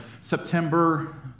September